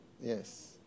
Yes